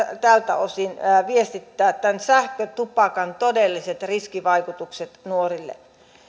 tältä osin viestittää tämän sähkötupakan todelliset riskivaikutukset nuorille